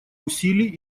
усилий